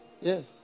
Yes